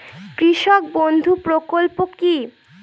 কৃষক বন্ধু প্রকল্প কি?